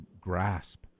grasp